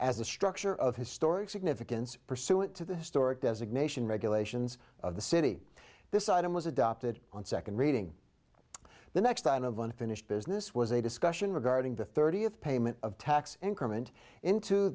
as a structure of historic significance pursuant to the historic designation regulations of the city this item was adopted on second reading the next item of unfinished business was a discussion regarding the thirtieth payment of tax increment into